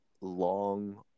long